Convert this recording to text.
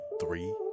three